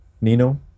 Nino